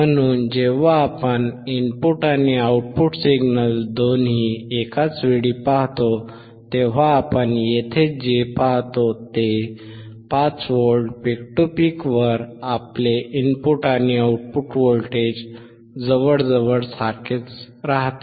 म्हणून जेव्हा आपण इनपुट आणि आउटपुट सिग्नल दोन्ही एकाच वेळी पाहतो तेव्हा आपण येथे जे पाहतो ते 5V पीक टू पीकवर आपले इनपुट आणि आउटपुट व्होल्टेज जवळजवळ सारखेच राहते